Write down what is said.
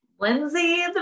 Lindsay